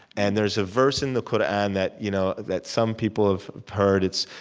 and there's a verse in the qur'an that you know that some people have heard. it's,